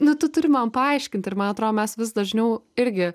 nu tu turi man paaiškint ir man atrodo mes vis dažniau irgi